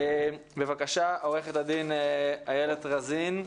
בבקשה, עורכת הדין איילת רזין,